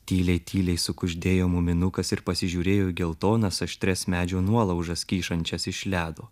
tyliai tyliai sukuždėjo muminukas ir pasižiūrėjo į geltonas aštrias medžio nuolaužas kyšančias iš ledo